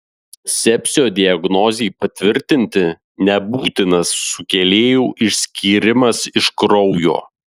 sepsio diagnozei patvirtinti nebūtinas sukėlėjų išskyrimas iš kraujo